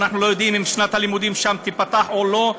ואנחנו לא יודעים אם שנת הלימודים שם תיפתח או לא.